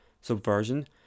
subversion